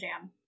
Jam